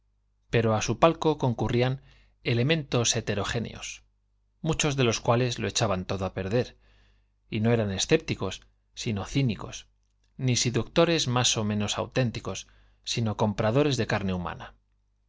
pero a su palco concurrían elementos heterogéneos muchos de los cuales lo echaban todo a perder y no eran escépticos sino cínicos ni seductores más o menos auténticos sino compradores de carne humana